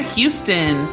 Houston